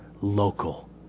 local